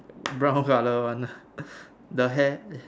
brown colour one ah the hair